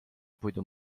puidu